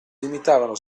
limitavano